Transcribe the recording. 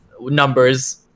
numbers